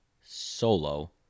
Solo